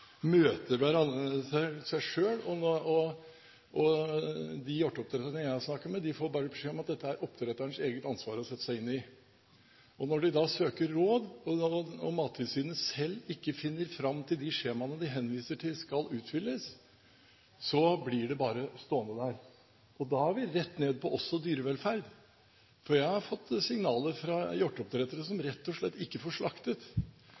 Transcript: møter seg selv, og de hjorteoppdretterne jeg har snakket med, får bare beskjed om at dette er det oppdretternes eget ansvar å sette seg inn i. Når de da søker råd, og Mattilsynet selv ikke finner fram til de skjemaene de henviser til skal utfylles, blir det bare stående der. Og da er vi rett ned på også dyrevelferd, for jeg har fått signaler fra hjorteoppdrettere som rett og slett ikke får slaktet.